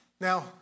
Now